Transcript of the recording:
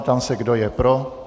Ptám se, kdo je pro.